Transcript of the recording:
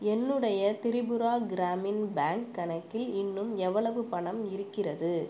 என்னுடைய திரிபுரா கிராமின் பேங்க் கணக்கில் இன்னும் எவ்வளவு பணம் இருக்கிறது